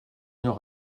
heure